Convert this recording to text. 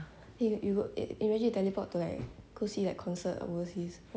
!hey! you got im~ imagine teleport to like go see like concert overseas !wah!